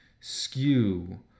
skew